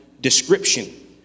description